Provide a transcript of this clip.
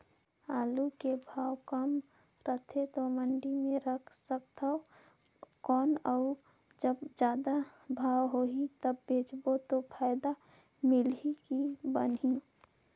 आलू के भाव कम रथे तो मंडी मे रख सकथव कौन अउ जब जादा भाव होही तब बेचबो तो फायदा मिलही की बनही?